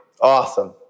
Awesome